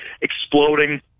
exploding